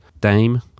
Dame